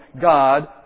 God